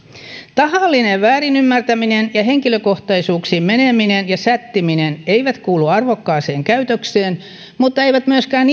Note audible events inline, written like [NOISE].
tahallinen väärin ymmärtäminen ja henkilökohtaisuuksiin meneminen ja sättiminen eivät kuulu arvokkaaseen käytökseen mutta ihmiset eivät myöskään [UNINTELLIGIBLE]